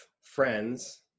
friends